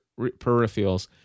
peripherals